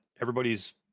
everybody's